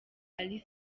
ally